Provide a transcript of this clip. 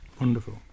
Wonderful